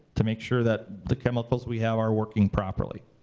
to make sure that the chemicals we have are working properly.